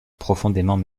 profondément